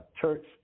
Church